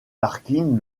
parking